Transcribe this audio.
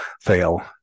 fail